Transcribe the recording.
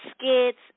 skits